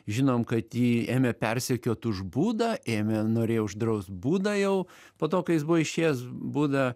žinom kad jį ėmė persekiot už būdą ėmė norėjo uždraust būdą jau po to kai jis buvo išėjęs būdą